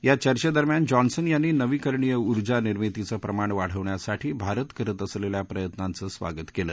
या चर्चे दरम्यान जॉन्सन यांनी नवीकरणीय ऊर्जा निर्मितीचं प्रमाण वाढवण्यासाठी भारत करत असलेल्या प्रयत्नांचं स्वागत केलं